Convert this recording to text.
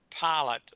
pilot